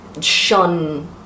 shun